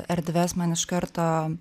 erdves man iš karto